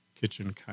kitchen